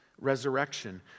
resurrection